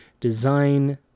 Design